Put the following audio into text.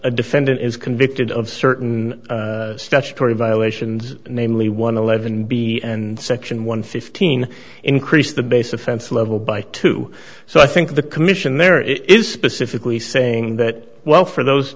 a defendant is convicted of certain statutory violations namely one eleven b and section one fifteen increase the base offense level by two so i think the commissionaire is specifically saying that well for those